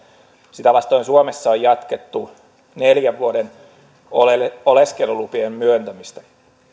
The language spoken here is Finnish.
sitä vastoin suomessa on jatkettu neljän vuoden oleskelulupien myöntämistä